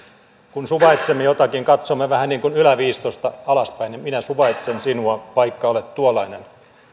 kun suvaitsemme jotakin katsomme vähän niin kuin yläviistosta alaspäin minä suvaitsen sinua vaikka olet tuollainen